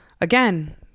again